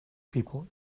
people